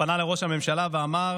הוא פנה לראש הממשלה ואמר: